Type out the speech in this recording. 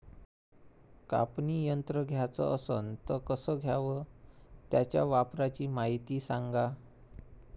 कापनी यंत्र घ्याचं असन त कस घ्याव? त्याच्या वापराची मायती सांगा